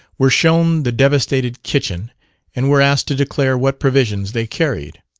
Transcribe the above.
were shown the devastated kitchen and were asked to declare what provisions they carried.